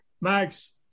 Max